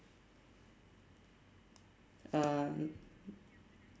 uh